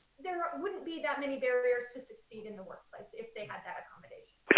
there wouldn't be that many barriers to succeed in the workplace if they had that accommodation.